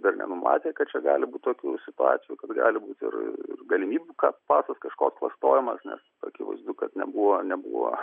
dar nenumatė kad čia gali būti tokių situacijų kad gali būt ir galimybių kad pasas kažkoks klastojamas nes akivaizdu kad nebuvo nebuvo